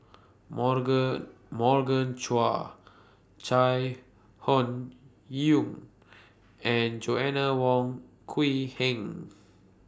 Morgan Morgan Chua Chai Hon Yoong and Joanna Wong Quee Heng